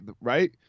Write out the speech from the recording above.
right